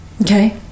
okay